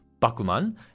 Bakuman